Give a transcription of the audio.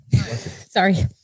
Sorry